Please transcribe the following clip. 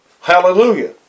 Hallelujah